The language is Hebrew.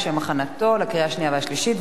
לשם הכנתו לקריאה השנייה והקריאה השלישית.